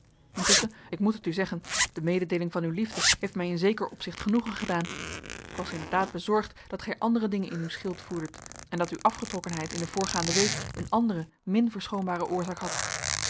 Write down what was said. intusschen ik moet het u zeggen de mededeeling van uw liefde heeft mij in zeker opzicht genoegen gedaan ik was inderdaad bezorgd dat gij andere dingen in uw schild voerdet en dat uw afgetrokkenheid in de voorgaande week een andere min verschoonbare oorzaak had